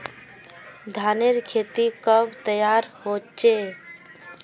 धानेर खेती कब तैयार होचे?